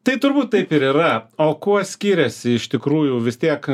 tai turbūt taip ir yra o kuo skiriasi iš tikrųjų vis tiek